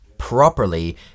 properly